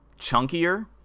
chunkier